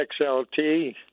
XLT